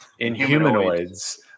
Inhumanoids